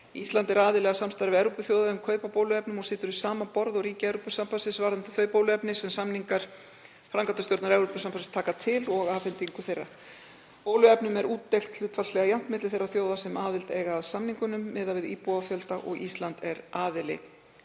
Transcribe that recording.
Ísland er aðili að samstarfi Evrópuþjóða um kaup á bóluefnum og situr við sama borð og ríki Evrópusambandsins varðandi þau bóluefni sem samningar framkvæmdastjórnar Evrópusambandsins taka til og afhendingu þeirra. Bóluefnum er útdeilt hlutfallslega jafnt milli þeirra þjóða sem aðild eiga að samningunum miðað við íbúafjölda og Ísland er aðili